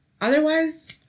Otherwise